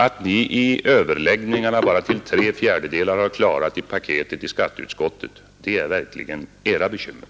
Att ni bara till tre fjärdedelar har klarat paketet i skatteutskottet är verkligen era bekymmer.